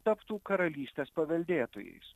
taptų karalystės paveldėtojais